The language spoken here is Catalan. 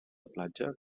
platja